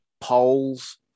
polls